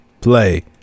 play